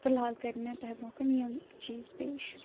فِی الحال کٔرِۍ مےٚ تۄہہِ برٛونٛہہ کٔنۍ یِم چیٖز پیش